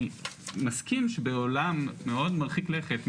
אני מסכים שבעולם מאוד מרחיק לכת,